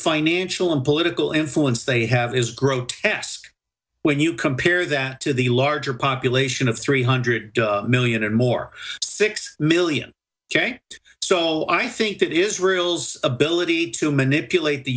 financial and political influence they have is grotesque when you compare that to the larger population of three hundred million or more six million so i think that israel's ability to manipulate the